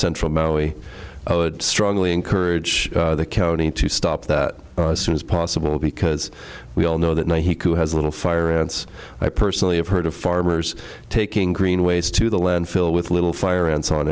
central maui i would strongly encourage the county to stop that soon as possible because we all know that now he has a little fire ants i personally have heard of farmers taking greenways to the landfill with little fire ants on